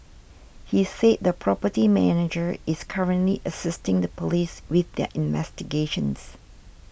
he said the property manager is currently assisting the police with their investigations